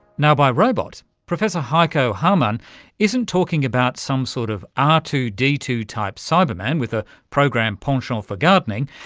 now, by robot professor heiko hamann isn't talking about some sort of r two d two type cyberman with a programmed penchant for gardening,